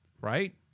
right